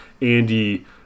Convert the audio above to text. Andy